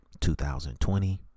2020